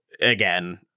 again